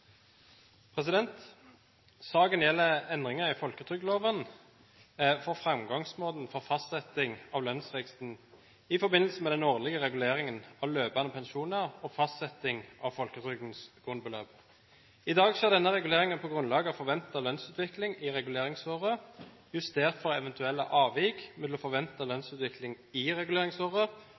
for fastsetting av lønnsveksten i forbindelse med den årlige reguleringen av løpende pensjoner og fastsetting av folketrygdens grunnbeløp. I dag skjer denne reguleringen på grunnlag av forventet lønnsutvikling i reguleringsåret, justert for eventuelle avvik mellom forventet lønnsutvikling i reguleringsåret